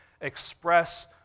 express